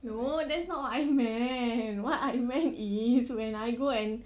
no that's not what I meant what I meant is when I go and